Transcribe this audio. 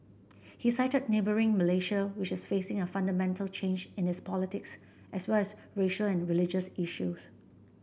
he cited neighbouring Malaysia which is facing a fundamental change in its politics as well as racial and religious issues